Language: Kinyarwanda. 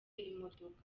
imodoka